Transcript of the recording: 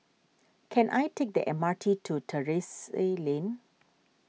can I take the M R T to Terrasse Lane